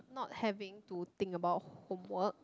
not having to think about homework